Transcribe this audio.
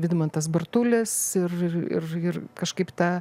vidmantas bartulis ir ir ir kažkaip ta